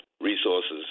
resources